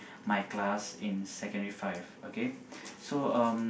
my class in secondary five okay so um